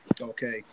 Okay